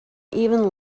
even